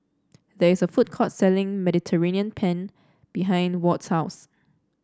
there is a food court selling Mediterranean Penne behind Ward's house